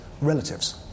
relatives